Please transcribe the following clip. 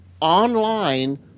online